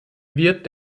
wird